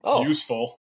useful